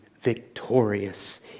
victorious